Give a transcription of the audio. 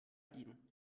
ihn